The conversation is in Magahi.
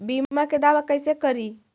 बीमा के दावा कैसे करी?